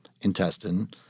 intestine